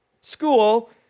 school